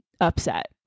upset